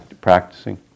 practicing